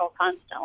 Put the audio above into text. constantly